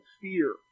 fear